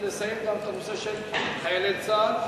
ולסיים גם את הנושא של חיילי צה"ל,